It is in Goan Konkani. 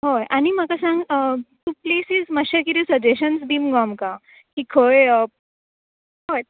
हय आनी म्हाका सांग तू प्लेसीज मात्शे कितें सजॅशन दी मुगो आमकां की खंय हय